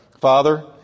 Father